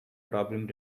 problem